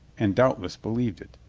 and doubtless believed it.